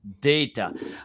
data